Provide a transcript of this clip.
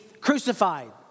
crucified